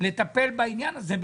לטפל בעניין הזה,